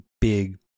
big